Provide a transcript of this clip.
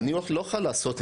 אנחנו ממשיכים לעשות את